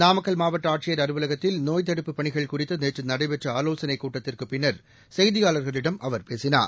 நாமக்கல் மாவட்ட ஆட்சியர் அலுவலகத்தில் நோய்த் தடுப்புப் பணிகள் குறித்து நேற்று நடைபெற்ற ஆலோசனைக் கூட்டத்திற்குப் பின்னர் செய்தியாளர்களிடம் அவர் பேசினார்